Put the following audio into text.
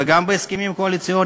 וגם בהסכמים הקואליציוניים,